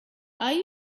are